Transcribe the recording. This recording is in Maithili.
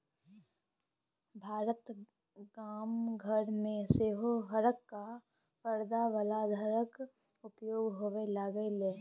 भारतक गाम घर मे सेहो हरका परदा बला घरक उपयोग होए लागलै